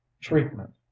Treatment